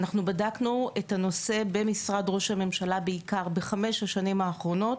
אנחנו בדקנו את הנושא במשרד ראש הממשלה בעיקר בחמש השנים האחרונות